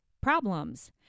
problems